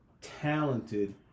talented